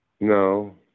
No